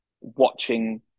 watching